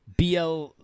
BL